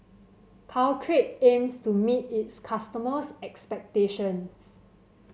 Caltrate aims to meet its customers' expectations